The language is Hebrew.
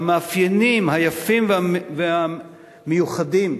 במאפיינים היפים והמיוחדים,